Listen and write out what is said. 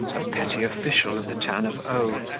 a petty official of the town of o,